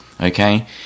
okay